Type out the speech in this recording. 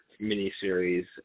miniseries